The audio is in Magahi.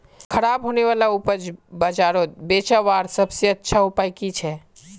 ख़राब होने वाला उपज बजारोत बेचावार सबसे अच्छा उपाय कि छे?